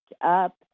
up